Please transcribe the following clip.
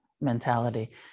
mentality